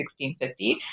1650